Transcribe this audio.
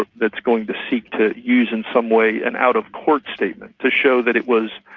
ah that's going to seek to use in some way an out-of-court statement to show that it was.